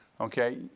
Okay